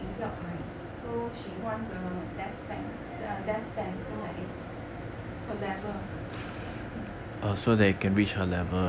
比较矮 so she wants a desk fan err desk fan so it's her level okay